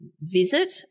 visit